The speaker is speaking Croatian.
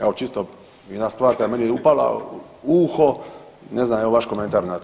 Evo čisto jedna stvar koja je meni upala u uho, ne znam evo vaš komentar na to.